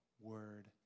word